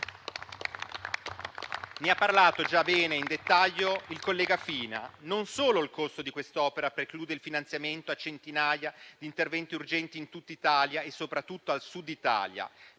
Ne ha già parlato bene in dettaglio il collega Fina: non solo il costo di quest'opera preclude il finanziamento a centinaia di interventi urgenti in tutta Italia, soprattutto al Sud Italia,